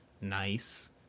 nice